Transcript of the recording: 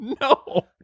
No